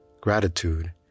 Gratitude